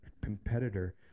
competitor